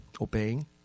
obeying